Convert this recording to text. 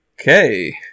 Okay